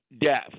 death